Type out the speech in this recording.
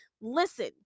listen